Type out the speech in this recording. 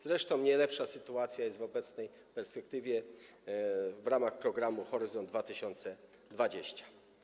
Zresztą nie lepsza jest sytuacja w obecnej perspektywie w ramach programu „Horyzont 2020”